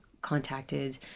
contacted